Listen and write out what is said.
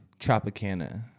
Tropicana